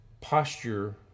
Posture